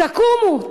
תקומו,